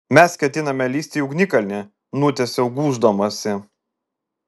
mes ketiname lįsti į ugnikalnį nutęsiau gūždamasi